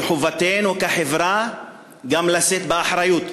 וחובתנו כחברה גם לשאת באחריות,